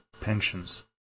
pensions